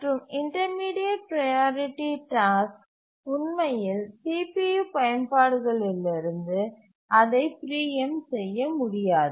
மற்றும் intermediate priority task உண்மையில் CPU பயன்பாடுகளிலிருந்து அதை பிரீஎம்ட் செய்ய முடியாது